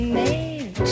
made